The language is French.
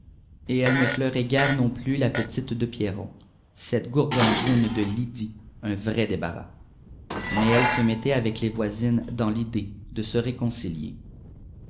et elle ne pleurait guère non plus la petite de pierron cette gourgandine de lydie un vrai débarras mais elle se mettait avec les voisines dans l'idée de se réconcilier